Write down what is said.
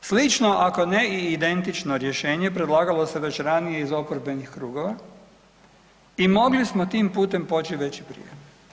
A slično ako ne i identično rješenje predlagalo se već ranije iz oporbenih krugova i mogli smo tim putem pomoći već prije.